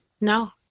No